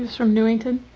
was from newington?